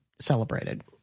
celebrated